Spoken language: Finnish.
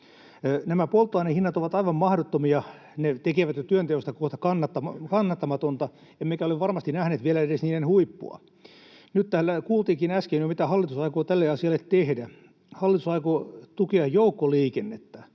Nämä polttoainehinnat ovat aivan mahdottomia. Ne tekevät jo työnteosta kohta kannattamatonta, emmekä ole varmasti nähneet vielä edes niiden huippua. Nyt täällä kuultiinkin äsken jo, mitä hallitus aikoo tälle asialle tehdä: hallitus aikoo tukea joukkoliikennettä,